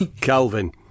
Calvin